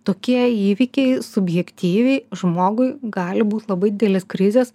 tokie įvykiai subjektyviai žmogui gali būt labai didelės krizės